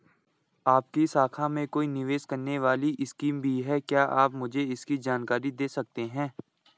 आपकी शाखा में कोई निवेश करने वाली स्कीम भी है क्या आप मुझे इसकी जानकारी दें सकते हैं?